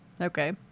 Okay